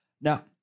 Now